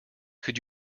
could